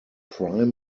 prime